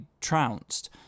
trounced